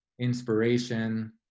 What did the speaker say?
inspiration